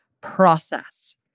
process